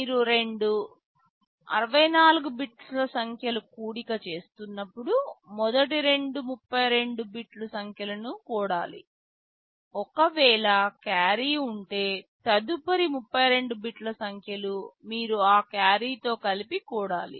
మీరు రెండు 64 బిట్ సంఖ్యల కూడిక చేస్తున్నప్పుడు మొదటి రెండు 32 బిట్ సంఖ్యలను కూడాలి ఒకవేళ క్యారీ ఉంటే తదుపరి 32 బిట్ సంఖ్యలు మీరు ఆ క్యారీతో కలిపి కూడాలి